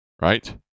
right